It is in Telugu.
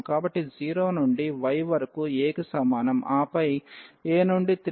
కాబట్టి 0 నుండి y వరకు a కి సమానం ఆపై a నుండి 3a కి ప్లస్